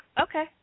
okay